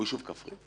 זה אושר בטרומית?